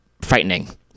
frightening